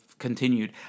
Continued